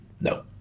No